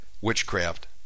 witchcraft